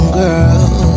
girl